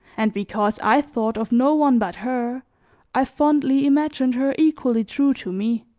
and because i thought of no one but her i fondly imagined her equally true to me.